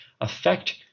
affect